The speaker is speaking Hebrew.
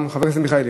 חבר הכנסת מיכאלי?